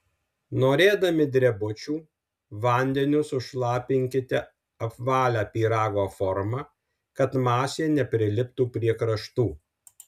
norėdami drebučių vandeniu sušlapinkite apvalią pyrago formą kad masė nepriliptų prie kraštų